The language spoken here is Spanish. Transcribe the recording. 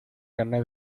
carné